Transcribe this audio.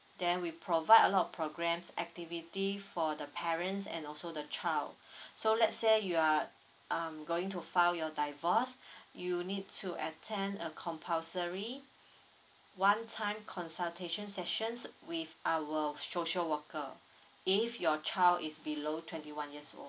then we provide a lot programs activity for the parents and also the child so let's say you are um going to file your divorce you need to attend a compulsory one time consultation sections with our social worker if your child is below twenty one years old